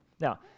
Now